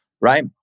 Right